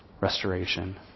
restoration